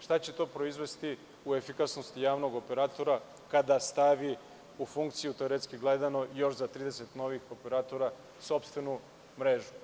Šta će to proizvesti u efikasnosti javnog operatora kada stavi u funkciju teoretski gledano još za 30 novih operatora sopstvenu mrežu?